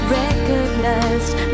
recognized